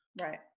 Right